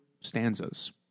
stanzas